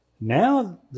now